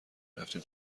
رفتیم